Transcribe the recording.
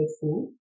food